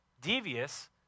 devious